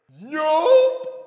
Nope